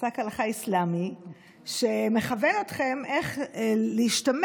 פסק הלכה אסלאמי שמכוון אתכם איך להשתמש